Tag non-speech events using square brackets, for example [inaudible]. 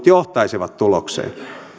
[unintelligible] johtaisivat tulokseen